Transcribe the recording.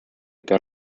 per